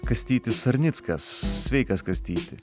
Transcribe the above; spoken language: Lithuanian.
kastytis sarnickas sveikas kastyti